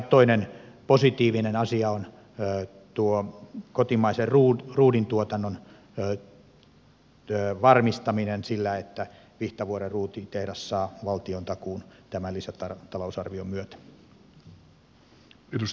toinen positiivinen asia on kotimaisen ruudintuotannon varmistaminen sillä että vihtavuoren ruutitehdas saa valtiontakuun tämän lisätalousarvion myötä